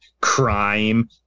crime